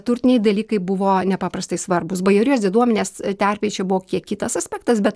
turtiniai dalykai buvo nepaprastai svarbūs bajorijos diduomenės terpėj čia buvo kiek kitas aspektas bet